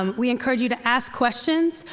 um we encourage you to ask questions.